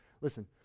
Listen